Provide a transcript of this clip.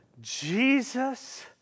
Jesus